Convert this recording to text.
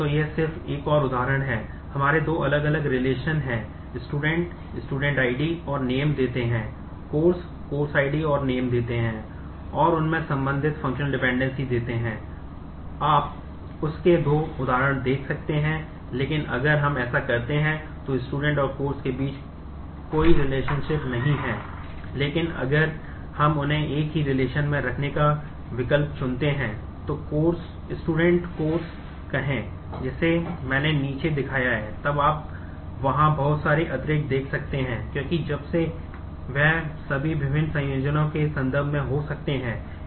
तो यह सिर्फ एक और उदाहरण है हमारे दो अलग अलग रिलेशन देख सकते हैं क्योंकि जब से वे सभी विभिन्न संयोजनों के संदर्भ में हो सकते हैं